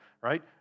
right